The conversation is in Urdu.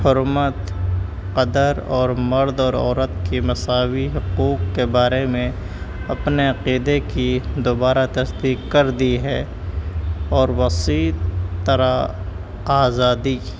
حرمت قدر اور مرد اور عورت کی مساوی حقوق کے بارے میں اپنے عقیدے کی دوبارہ تصدیق کر دی ہے اور وسیع طرح آزادی